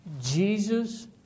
Jesus